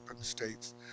states